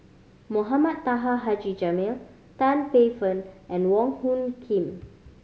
Mohamed Taha Haji Jamil Tan Paey Fern and Wong Hung Khim